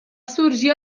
sorgir